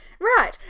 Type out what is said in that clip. right